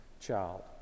child